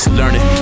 learning